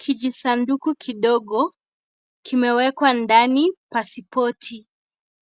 Kijisanduku kidogo kimewekwa ndani pasipoti,